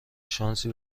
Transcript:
شانسی